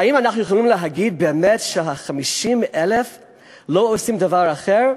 האם אנחנו יכולים להגיד באמת שה-50,000 לא עושים דבר אחר?